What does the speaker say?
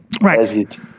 Right